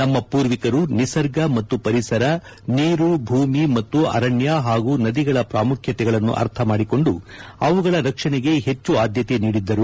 ನಮ್ಮ ಪೂರ್ವಿಕರು ನಿಸರ್ಗ ಮತ್ತು ಪರಿಸರ ನೀರು ಭೂಮಿ ಮತ್ತು ಅರಣ್ಯ ಹಾಗೂ ನದಿಗಳ ಪ್ರಾಮುಖ್ಯತೆಗಳನ್ನು ಅರ್ಥಮಾಡಿಕೊಂಡು ಅವುಗಳ ರಕ್ಷಣೆಗೆ ಹೆಚ್ಚು ಆದ್ಯತೆ ನೀಡಿದ್ದರು